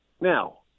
Now